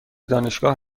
دانشگاه